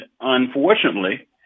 unfortunately